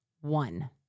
one